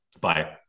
Bye